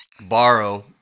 borrow